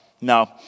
no